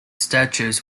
statues